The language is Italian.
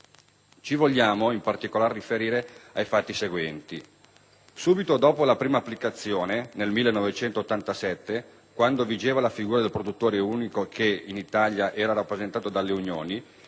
Ci vogliamo, in particolare, riferire, ai fatti seguenti: subito dopo la prima applicazione, nel 1987, quando vigeva la figura del produttore unico che, in Italia, era rappresentata dalle Unioni,